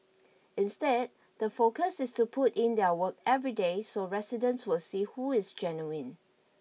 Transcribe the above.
instead the focus is to put in their work every day so residents will see who is genuine